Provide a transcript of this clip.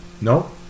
No